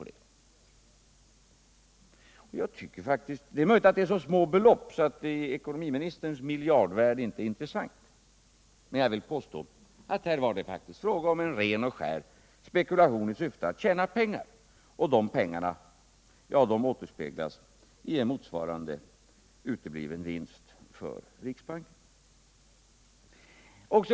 Det är möjligt att det är så små belopp att det i ekonomiministerns miljard värld inte är intressant, men jag vill påstå att det faktiskt var fråga om en ren och skär spekulation i syfte att tjäna pengar. Och de pengarna återspeglas i en motsvarande utebliven vinst för riksbanken.